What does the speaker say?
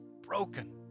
broken